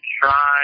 try